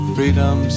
Freedom